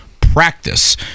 practice